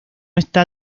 está